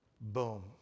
boom